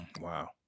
Wow